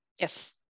Yes